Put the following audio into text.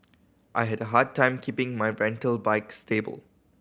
I had a hard time keeping my rental bike stable